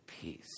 peace